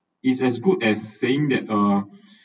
it's as good as saying that uh